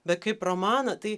bet kaip romaną tai